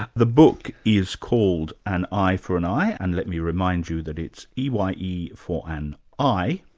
the book is called an eye for an i, and let me remind you that it's e y e for an i,